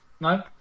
No